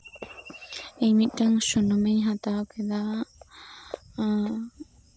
ᱤᱧ ᱢᱤᱫᱴᱟᱱ ᱥᱩᱱᱩᱢ ᱤᱧ ᱦᱟᱛᱟᱣ ᱠᱮᱫᱟ